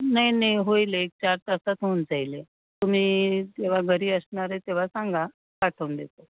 नाही नाही होईल एक चार तासात होऊन जाईल तुम्ही जेव्हा घरी असणार आहे तेव्हा सांगा पाठवून देतो